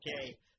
okay